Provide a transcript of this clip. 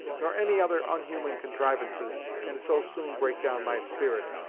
nor any other onhuman contrivances can so soon break down my spirit,